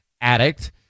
addict